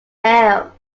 air